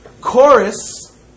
chorus